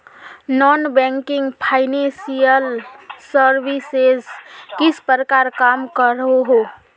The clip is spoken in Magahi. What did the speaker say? नॉन बैंकिंग फाइनेंशियल सर्विसेज किस प्रकार काम करोहो?